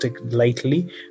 lightly